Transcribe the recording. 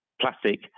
plastic